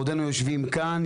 בעודנו יושבים כאן,